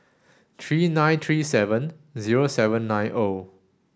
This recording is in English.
three nine three seven zero seven nine O